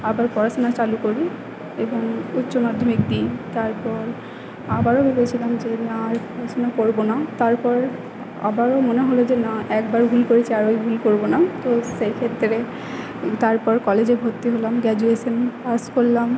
আবার পড়াশোনা চালু করি এবং উচ্চ মাধ্যমিক দিই তারপর আবারও ভেবেছিলাম যে না আমি পড়বো না তারপর আবারও মনে হল যে না একবারে ভুল করেছি আর ওই ভুল করবো না তো সেই ক্ষেত্রে তারপর কলেজে ভর্তি হলাম গ্র্যাজুয়েশান পাশ করলাম